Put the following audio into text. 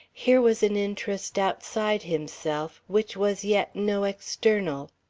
here was an interest outside himself which was yet no external.